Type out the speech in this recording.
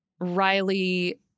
Riley